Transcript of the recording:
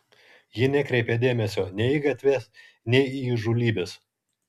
ji nekreipė dėmesio nei į gatves nei į įžūlybes